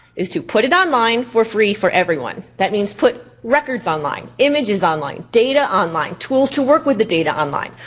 is to put it online for free for everyone. that means put records online, images online, data online, tools to work with the data online.